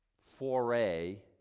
foray